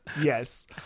Yes